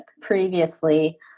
previously